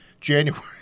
January